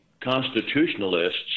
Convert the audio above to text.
constitutionalists